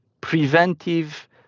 preventive